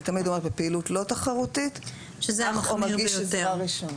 בפעילות לא תחרותית מגיש עזרה ראשונה.